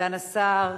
סגן השר,